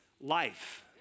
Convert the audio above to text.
life